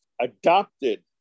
adopted